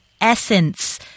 essence